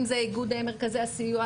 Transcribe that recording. אם זה איגוד מרכזי הסיוע,